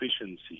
efficiency